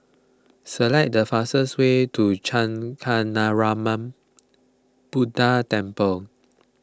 select the fastest way to Kancanarama Buddha Temple